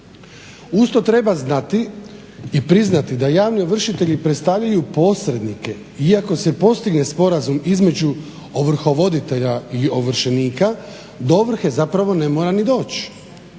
Uz to treba znati i priznati da javni ovršitelji predstavljaju posrednike iako se postigne sporazum između ovrhovoditelja i ovršenika do ovrhe zapravo ne mora ni doći.